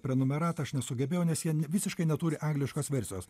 prenumeratą aš nesugebėjau nes jie visiškai neturi angliškos versijos